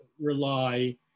rely